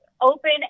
open